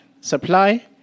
supply